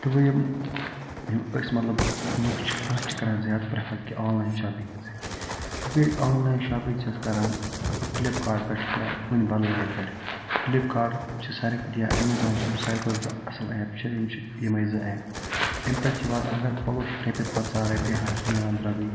تہٕ وۄنۍ یِم یِم أسۍ مطلب لوٗکھ چھِ أسۍ چھِ کران زیادٕ پرٛیٚفر کہِ آنلاین شواپِنٛگ بیٚیہِ آنلاین شواپِنٛگ چھِ أسۍ کران فِلپکارٹ پٮ۪ٹھ یا کُنہِ بدلہِ ایپہِ پٮ۪ٹھ فِلِپکارٹ چھُ ساروٕے کھۄتہٕ یا ایٚمیزوان چھُ ساروٕے کھۄتہٕ اصٕل ایپ چھِ یِم چھِ یِمَے زٕ ایپ اَمہِ پَتہٕ چھِ یوان اَگر پَلوٚو چھُ رۄپیہِ پنٛژاہ رۄپیہِ ہَتھ چھُ میلان دروٚگُے